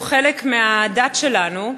והוא חלק מהדת שלנו,